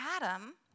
Adam